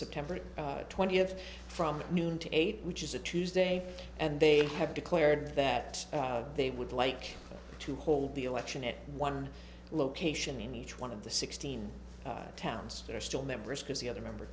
september twentieth from noon to eight which is a tuesday and they have declared that they would like to hold the election at one location in each one of the sixteen towns that are still members because the other member